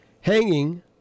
hanging